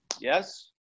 Yes